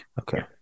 okay